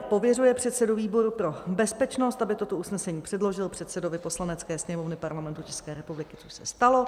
Pověřuje předsedu výboru pro bezpečnost, aby toto usnesení předložil předsedovi Poslanecké sněmovny Parlamentu České republiky což se stalo.